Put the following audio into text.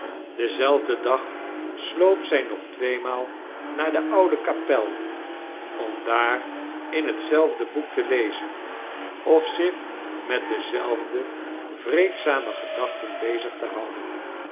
denzelfden dag sloop zij nog tweemaal naar de oude kapel om daar in hetzelfde boek te lezen of zich met dezelfde vreedzame gedachten bezig te houden